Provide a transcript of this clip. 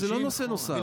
זה לא נושא נוסף.